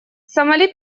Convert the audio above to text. сомали